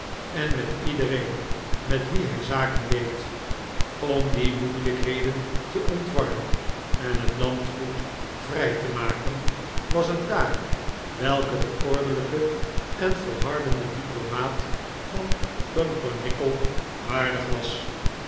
en met iedereen met wien hij zaken deed om die moeilijkheden te ontwarren en het landgoed vrij te maken was een taak welke den ordelijken en volhardenden diplomaat van pumpernickel waardig was